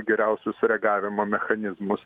geriausius reagavimo mechanizmus